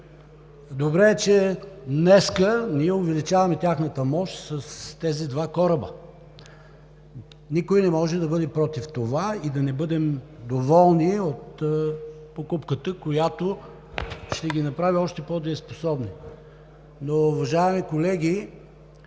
Добре е, че днес ние увеличаваме тяхната мощ с тези два кораба. Никой не може да бъде против това и да не бъдем доволни от покупката, която ще ги направи още по-дееспособни. Уважаеми колеги,